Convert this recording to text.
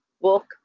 book